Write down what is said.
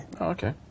Okay